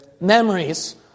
Memories